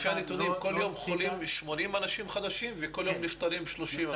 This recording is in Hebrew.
לפי הנתונים כל יום חולים 80 אנשים חדשים וכל יום נפטרים 30?